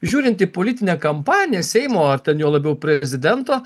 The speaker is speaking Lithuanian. žiūrint į politinę kampaniją seimo ar ten juo labiau prezidento